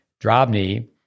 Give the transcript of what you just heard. Drobny